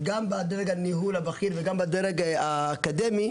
גם בדרג הניהול וגם בדרג האקדמי,